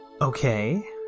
Okay